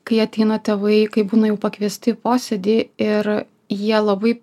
kai ateina tėvai kai būna jau pakviesti į posėdį ir jie labai